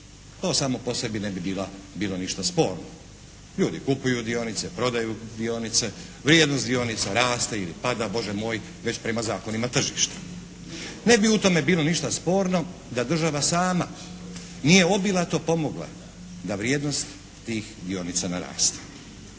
To samo po sebi ne bi bila, bilo ništa sporno. Ljudi kupuju dionice, prodaju dionice, vrijednost dionica raste ili pada, Bože moj, već prema zakonima tržišta. Ne bi u tome bilo ništa sporno da država sama nije obilato pomogla da vrijednost tih dionica naraste.